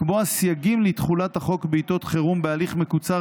לקבוע סייגים לתחולת החוק בעיתות חירום בהליך מקוצר